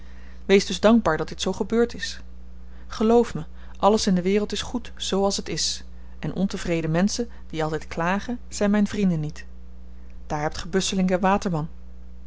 wees dus dankbaar dat dit zoo gebeurd is geloof me alles in de wereld is goed z als het is en ontevreden menschen die altyd klagen zyn myn vrienden niet daar hebt ge busselinck waterman